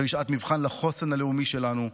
זוהי שעת מבחן לחוסן הלאומי שלנו.